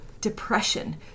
depression